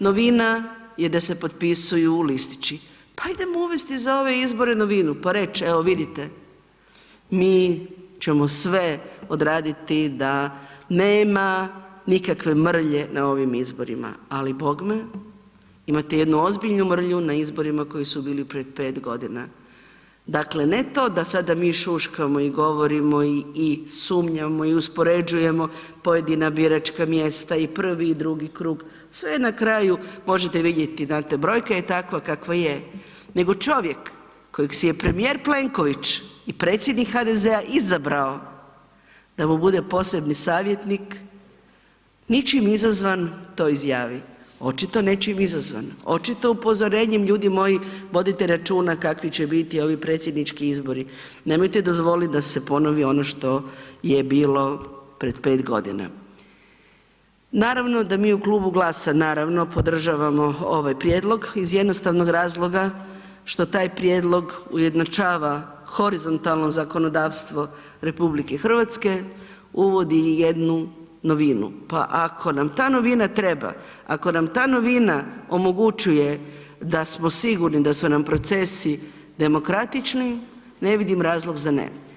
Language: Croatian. Novina je da se potpisuju listići, pa idemo uvesti za ove izbore novinu, pa reć evo vidite mi ćemo sve odraditi da nema nikakve mrlje na ovim izborima, ali bogme imate jednu ozbiljnu mrlju na izborima koji su bili pred 5.g., dakle ne to da sada mi šuškamo i govorimo i sumnjamo i uspoređujemo pojedina biračka mjesta i prvi i drugi krug, sve je na kraju, možete vidjeti, znate brojka je takva kakva je, nego čovjek kojeg si je premijer Plenković i predsjednik HDZ-a izabrao da mu bude posebni savjetnik ničim izazvan to izjavi, očito nečim izazvan, očito upozorenjem, ljudi moji vodite računa kakvi će biti ovi predsjednički izbori, nemojte dozvolit da se ponovi ono što je bilo pred 5.g. Naravno da mi u Klubu GLAS-a naravno podržavamo ovaj prijedlog iz jednostavnog razloga što taj prijedlog ujednačava horizontalno zakonodavstvo RH, uvodi jednu novinu, pa ako nam ta novina treba, ako nam ta novina omogućuje da smo sigurni, da su nam procesi demokratični, ne vidim razlog za ne.